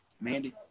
Mandy